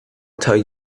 tell